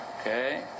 Okay